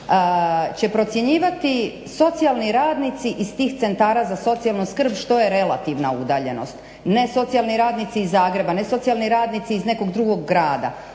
će procjenjivati socijalni radnici iz tih centara za socijalnu skrb što je relativna udaljenost, ne socijalni radnici iz Zagreba, ne socijalni radnici iz nekog drugog grada.